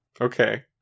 Okay